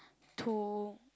to